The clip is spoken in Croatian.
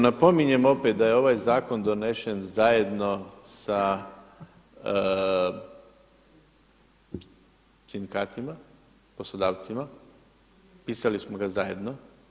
Napominjem opet da je ovaj zakon donesen zajedno sa sindikatima, poslodavcima, pisali smo ga zajedno.